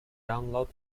download